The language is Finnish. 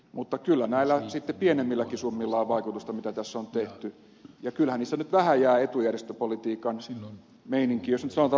mutta kyllä näillä pienemmilläkin summilla on vaikutusta mitä tässä on tehty ja kyllähän niistä nyt vähän jää etujärjestöpolitiikan meininki